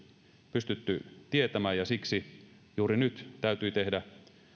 pystytty tietämään ja siksi juuri nyt täytyi tehdä